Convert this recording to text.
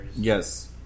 Yes